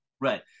Right